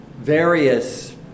various